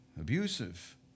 abusive